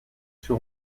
sur